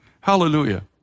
Hallelujah